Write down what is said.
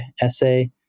essay